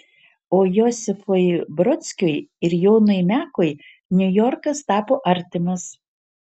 o josifui brodskiui ir jonui mekui niujorkas tapo artimas